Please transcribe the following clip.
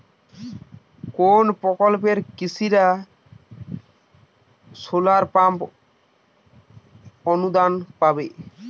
কোন প্রকল্পে কৃষকরা সোলার পাম্প অনুদান পাবে?